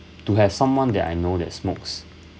to have someone that I know that smokes